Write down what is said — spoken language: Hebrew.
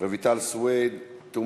רויטל סוֵיד, רויטל סוִיד.